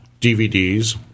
DVDs